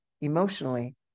emotionally